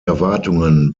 erwartungen